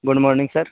good morning sir